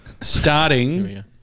Starting